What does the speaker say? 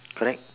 correct